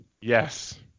yes